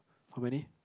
how many